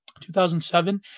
2007